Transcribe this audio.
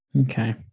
Okay